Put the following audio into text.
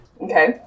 Okay